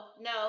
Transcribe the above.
no